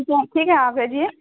جی ٹھیک ہے آپ بھیجئیے